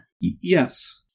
Yes